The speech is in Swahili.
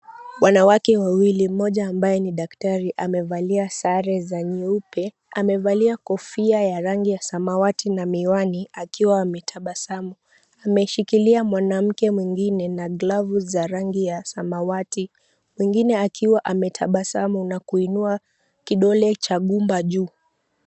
Wanawake wawili mmoja ambaye ni daktari amevalia sare za nyeupe amevalia kofia ya rangi ya samawati na miwani akiwa ametabasamu, ameshikilia mwanamke mwingine na glavu za rangi ya samawati, mwingine akiwa ametabasamu na kuinua kidole cha gumba juu.